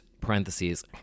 parentheses